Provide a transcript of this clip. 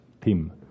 team